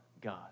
God